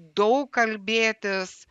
daug kalbėtis